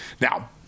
Now